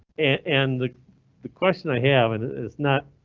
and the the question i have and it's not.